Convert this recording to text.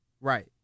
Right